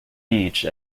beach